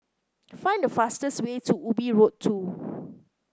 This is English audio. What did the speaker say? find the fastest way to Ubi Road Two